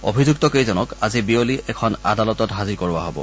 অভিযুক্ত কেইজনক আজি বিয়লি এখন আদালতত কৰোৱা হব